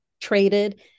traded